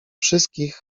wszystkich